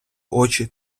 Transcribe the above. очі